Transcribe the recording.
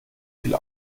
viel